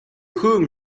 whom